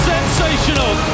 Sensational